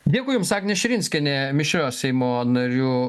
dėkui jums agnė širinskienė mišrios seimo narių